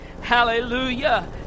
Hallelujah